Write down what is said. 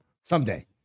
Someday